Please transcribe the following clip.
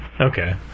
okay